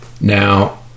now